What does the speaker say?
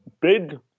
big